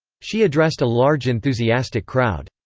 she addressed a large enthusiastic crowd.